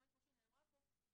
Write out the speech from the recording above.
כמו שנאמר פה,